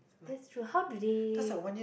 that's true how do they